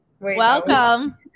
Welcome